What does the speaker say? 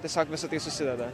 tiesiog visa tai susideda